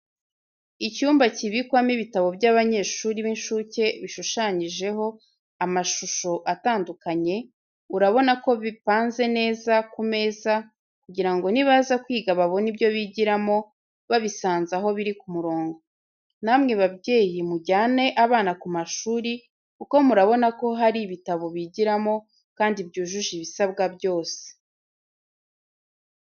Icyumba kibikwamo ibitabo byabanyeshuri b'incuke bishushanyijeho amashusho atandukanye, urabona ko bipanze neza ku meza kugira ngo nibaza kwiga babone ibyo bigiramo babisanze aho biri biri ku murongo. Namwe babyeyi mujyane abana ku mashuri kuko murabona ko hari bitabo bigiramo kandi byujuje ibisabwa byose.